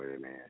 man